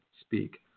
speak